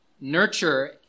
Nurture